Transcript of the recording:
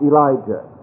Elijah